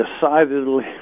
decidedly